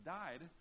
died